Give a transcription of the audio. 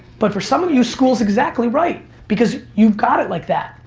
but for some of you, school's exactly right because you've got it like that,